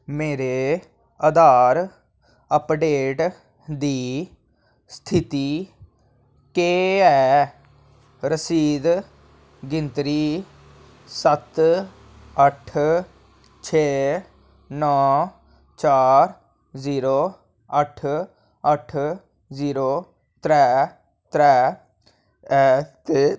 मेरे आधार अपडेट दी स्थिती केह् ऐ रसीद गिनत्तरी सत्त अट्ठ छेऽ नौ चार जीरो अट्ठ अट्ठ जीरो त्रैऽ त्रैऽ ऐ ते